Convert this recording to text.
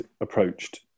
approached